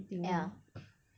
ya